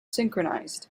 synchronized